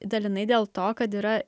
dalinai dėl to kad yra